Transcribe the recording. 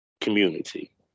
community